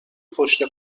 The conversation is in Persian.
پشت